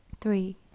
three